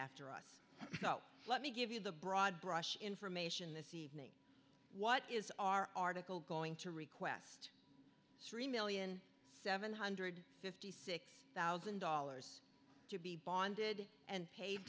after us so let me give you the broad brush information the see what is our article going to request three million seven hundred and fifty six thousand dollars to be bonded and pa